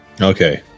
Okay